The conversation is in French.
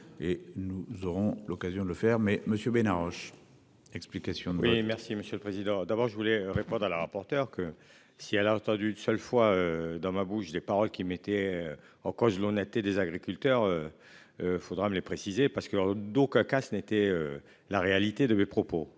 Et nous aurons l'occasion de le faire. Mais monsieur Bena Roche. Explications. Merci monsieur le président. D'abord je voulais répondre à la rapporteure que si elle a entendu une seule fois dans ma bouche. Des paroles qui mettait en cause l'honnêteté des agriculteurs. Faudra m'les préciser parce que d'aucuns cas ce n'était la réalité de mes propos.